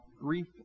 grief